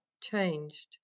changed